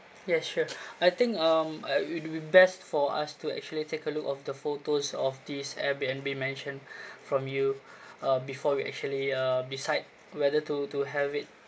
yeah sure I think um uh it will be best for us to actually take a look of the photos of this airbnb mentioned from you uh before we actually uh decide whether to to have it